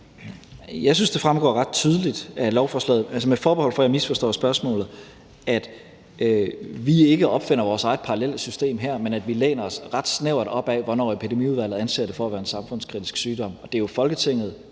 Jeg synes, det fremgår ret tydeligt af lovforslaget, vil jeg sige med forbehold for, at jeg misforstår spørgsmålet, at vi ikke opfinder vores eget parallelle system her, men at vi læner os ret tæt op ad, hvornår Epidemiudvalget anser det for at være en samfundskritisk sygdom. Og det er jo Folketinget,